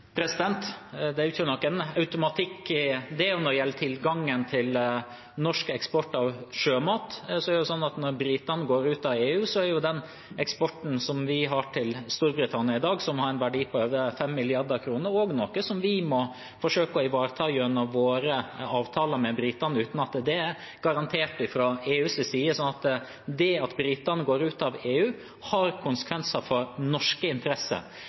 Det er ikke noen automatikk i det. Når det gjelder tilgangen til norsk eksport av sjømat, er det sånn at når britene går ut av EU, er den eksporten som vi har til Storbritannia i dag, som har en verdi på over 5 mrd. kr, også noe vi må forsøke å ivareta gjennom våre avtaler med britene, uten at det er garantert fra EUs side. Det at britene går ut av EU, har konsekvenser for norske interesser.